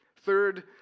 Third